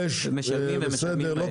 משלמים מהר.